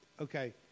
Okay